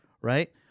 right